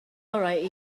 orau